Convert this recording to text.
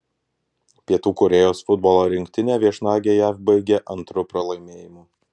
pietų korėjos futbolo rinktinė viešnagę jav baigė antru pralaimėjimu